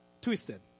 twisted